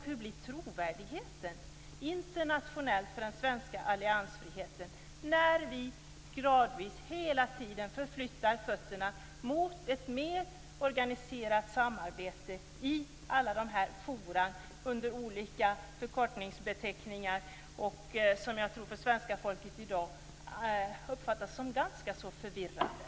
Hur blir trovärdigheten internationellt för den svenska alliansfriheten när vi hela tiden gradvis förflyttar fötterna mot ett mer organiserat samarbete i alla dessa forum under olika förkortningsbeteckningar, vilka jag tror av svenska folket i dag uppfattas som ganska så förvirrande?